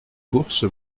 bourse